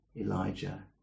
Elijah